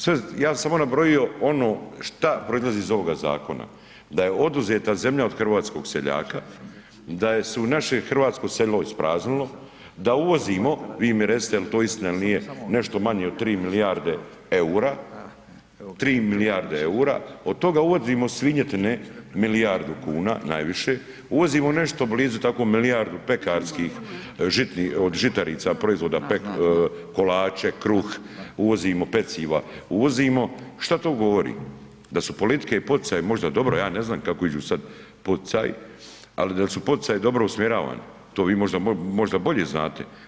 Sve, ja bi samo nabrojio ono šta proizlazi iz ovoga zakona, da je oduzeta zemlja od hrvatskog seljaka, da jesu naše hrvatsko selo ispraznilo, da uvozimo, vi mi recite jel to istina ili nije nešto manje od 3 milijarde EUR-a, 3 milijarde EUR-a, od toga uvozimo svinjetine milijardu kuna najviše, uvozimo nešto blizu tako milijardu pekarskih od žitarica proizvoda, kolače, kruh, uvozimo peciva, uvozimo, šta to govori, da su politike i poticaj možda dobro, ja ne znam kako iđu sad poticaji, ali dal su poticaji dobro usmjeravani, to vi možda bolje znate.